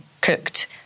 cooked